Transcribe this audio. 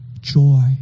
joy